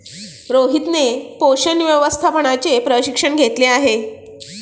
रोहितने पोषण व्यवस्थापनाचे प्रशिक्षण घेतले आहे